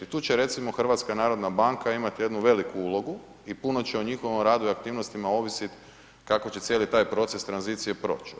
Tu će recimo HNB imati jednu veliku ulogu i puno će o njihovom radu i aktivnostima ovisiti kako će cijeli taj proces tranzicije proći.